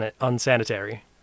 unsanitary